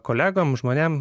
kolegoms žmonėms